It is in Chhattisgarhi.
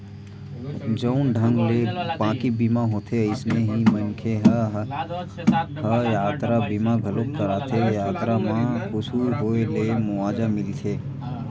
जउन ढंग ले बाकी बीमा होथे अइसने ही मनखे मन ह यातरा बीमा घलोक कराथे यातरा म कुछु होय ले मुवाजा मिलथे